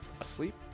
asleep